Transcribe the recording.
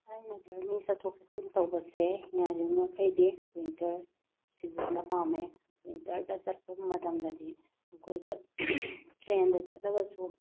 ꯑꯩꯅ ꯖꯔꯅꯤ ꯆꯠꯊꯣꯛ ꯆꯠꯁꯤꯟ ꯇꯧꯕꯁꯦ ꯌꯥꯔꯤꯕ ꯃꯈꯩꯗꯤ ꯋꯤꯟꯇꯔ ꯁꯤꯖꯟꯗ ꯄꯥꯝꯃꯦ ꯋꯤꯟꯇꯔꯗ ꯆꯠꯄ ꯃꯇꯝꯗꯗꯤ ꯑꯩꯈꯣꯏꯗ ꯇ꯭ꯔꯦꯟꯗ ꯆꯠꯂꯒꯁꯨ